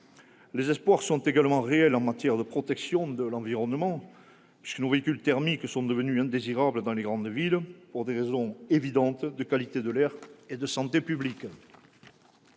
Les espoirs sont également réels en matière de protection de l'environnement, nos véhicules thermiques étant devenus indésirables dans les grandes villes, pour des raisons évidentes de qualité de l'air et de santé publique.